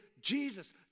Jesus